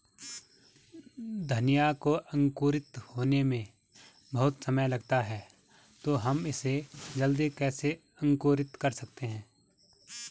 धनिया को अंकुरित होने में बहुत समय लगता है तो हम इसे जल्दी कैसे अंकुरित कर सकते हैं?